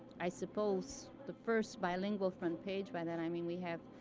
i suppose, the first bilingual front page. by that, i mean, we have,